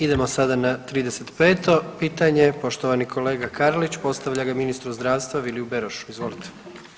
Idemo sada na 35. pitanje, poštovani kolega Karlić, postavlja ga ministru zdravstva Viliju Berošu, izvolite.